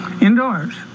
indoors